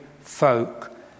folk